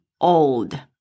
old